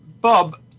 Bob